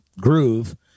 groove